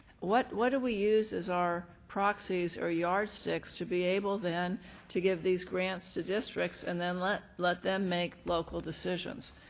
what what do we use as our proxies or yardsticks to be able then to give these grants to districts and then let let them make local decisions.